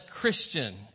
christian